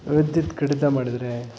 ವಿದ್ಯುತ್ ಕಡಿತ ಮಾಡಿದರೆ